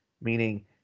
meaning